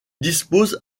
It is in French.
disposent